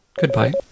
Goodbye